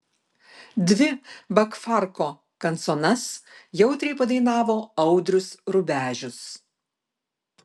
dvi bakfarko kanconas jautriai padainavo audrius rubežius